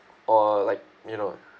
or like you know